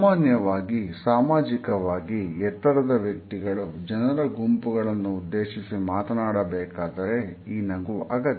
ಸಾಮಾನ್ಯವಾಗಿ ಸಾಮಾಜಿಕವಾಗಿ ಎತ್ತರದ ವ್ಯಕ್ತಿಗಳು ಜನರ ಗುಂಪುಗಳನ್ನು ಉದ್ದೇಶಿಸಿ ಮಾತನಾಡಬೇಕಾದರೆ ಈ ನಗು ಅಗತ್ಯ